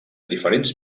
diferents